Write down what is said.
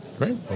Great